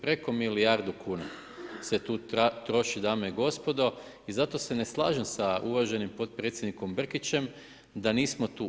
Preko milijardu kuna se tu troši dame i gospodo i zato se ne slažem sa uvaženim potpredsjednikom Brkićem, da nismo tu.